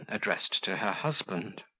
addressed to her husband